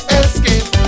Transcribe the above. escape